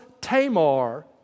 Tamar